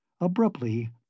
Abruptly